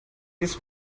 this